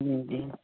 हम्म जी